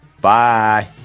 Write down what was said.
Bye